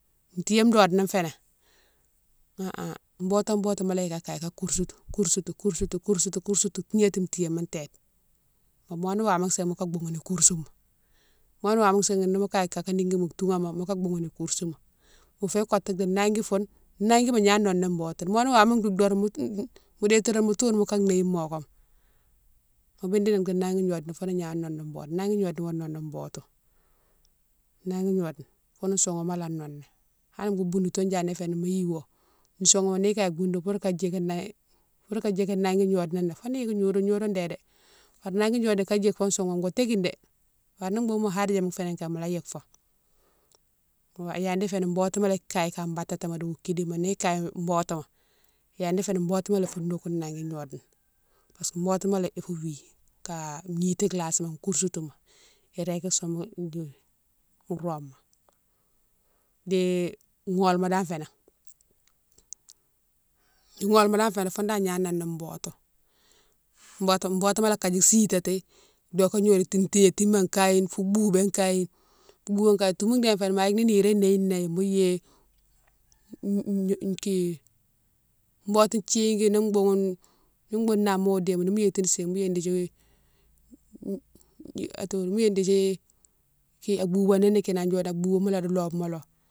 Tiyé dode na fénan ha ha boto boto mola yike a kaye ka kousoutou, kousoutou kousoutou, kousoutou, kousoutou tigna ti tiyéma téde mamo ni wama sighine moka boughouni kousoughoune mo ni wama sighine ni mo kaye kaka nigui mo toughoma maka boughouni ikousoughi mofé kotou di nangui foune nanguima gna noné botou mo ni wama doug doron mo déti doron mo toune moka néghine mokama, mo bidini nangui gnode na founi gna noné botouma, nangui gnode na wo noné botou nagui gnode na foune soughouma lé anoné hanni mo boudoutone yadi fénan mo yiwo, soughouma nikaye boudouma mo yiwo, soughoune ni kaye boudou pour ka djiki né, pour ka djiki nangui gnode na né foni yiki gnodone gnodone dé dé bari nangui gnode na ka djike fo soughoune ko tékine dé bari ni boughoune mo ardjéma féni djé mola yike fo, yadi fénan botouma lé kaye ika badati ma diwou kidima, ni kaye botouma yadi féni botouma lé ifou nokine nangui gnode na, parce que botouma lé ifou wi ka gnity lasima kousoutouma, iréki same gni fou roma. Di gholma dane fénan, gholma dane fénan foune dane ya noné botou, botou, botouma lé ikane sitati doké gnodiou tou tignétima kayine fou boubé kayine fou boubé kayine, toumou déne fénan ma yike ni niroma néghine né mo yéye botou thigui ni boughoune, ni boughoune nama wo déyi mo nimo yétini sini mo yéye dékdi aboubani kinan gnode na, iboubani mola di lobema lo.